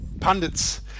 pundits